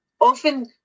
often